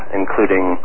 including